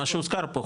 מה שהוזכר פה,